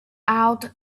out